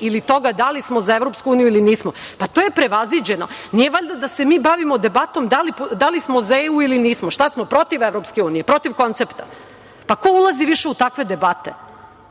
ili toga da li smo za EU ili nismo, to je prevaziđeno. Nije valjda da se mi bavimo debatom da li smo za EU ili nismo? Šta smo, protiv EU, protiv koncepta? Pa, ko ulazi više u takve debate?